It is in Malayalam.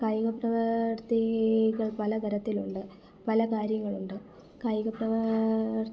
കായിക പ്രവർത്തികൾ പലതരത്തിലുണ്ട് പല കാര്യങ്ങളുണ്ട് കായിക